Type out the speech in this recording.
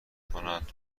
کند